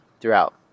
throughout